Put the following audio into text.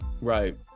Right